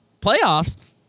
Playoffs